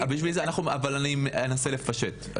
טוב, אני אנסה לפשט.